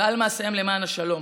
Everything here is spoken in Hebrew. ועל מעשיהם למען השלום.